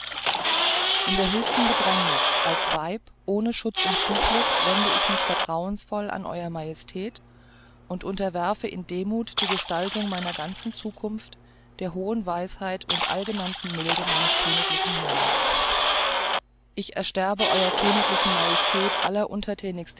in der höchsten bedrängniß als weib ohne schutz und zuflucht wende ich mich vertrauensvoll an ew majestät und unterwerfe in demuth die gestaltung meiner ganzen zukunft der hohen weisheit und allgenannten milde meines königlichen herrn ich ersterbe ew königlichen majestät